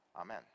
Amen